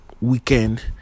weekend